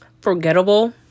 forgettable